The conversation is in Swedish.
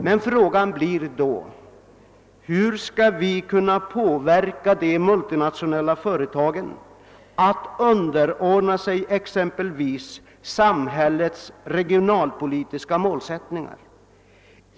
Men frågan blir då: Hur skall vi kunna påverka de multinationella företagen så att de underordnar sig exempelvis sam hällets regionalpolitiska målsättningar?